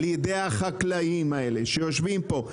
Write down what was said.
על ידי החקלאים האלה שיושבים פה,